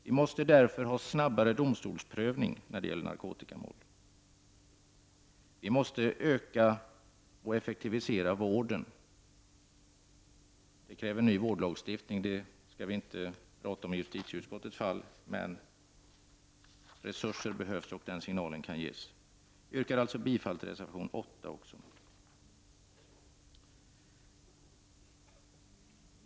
Vi måste därför få en snabbare prövning av narkotikamål vid domstolarna. Vi måste öka och effektivisera vården — det kräver ny vårdlagstiftning. Den skall vi inte tala om när vi diskuterar justitieutskottets betänkanden, men resurser behövs och den signalen vill jag ändå ge här. Jag yrkar bifall också till reservation 8.